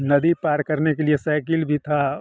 नदी पार करने के लिए सेकिल भी थी